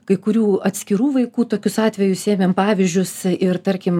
kai kurių atskirų vaikų tokius atvejus ėmėm pavyzdžius ir tarkim